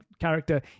character